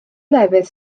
lefydd